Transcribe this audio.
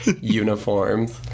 uniforms